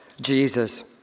Jesus